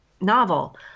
novel